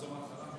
לחזור מהתחלה?